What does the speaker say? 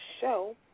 show